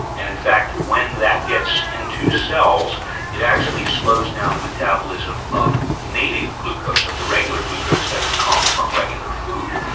and in fact when that gets into cells it actually slows down the metabolism of native glucose, so the regular glucose that would come from regular food,